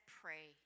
pray